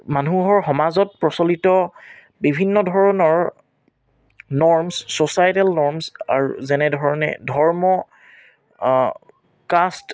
মানুহৰ সমাজত প্ৰচলিত বিভিন্ন ধৰণৰ নৰ্ম্ছ ছচাইটেল নৰ্ম্ছ আৰু যেনে ধৰণে ধৰ্ম কাষ্ট